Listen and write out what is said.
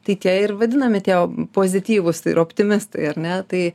tai tie ir vadinami tie pozityvūs ir optimistai ar ne tai